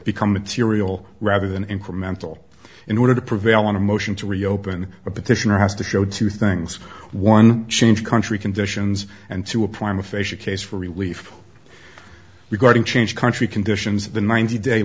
become material rather than incremental in order to prevail on a motion to reopen a petitioner has to show two things one changed country conditions and two a prime aphasia case for relief regarding change country conditions the ninety day